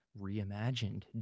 reimagined